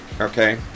okay